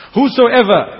Whosoever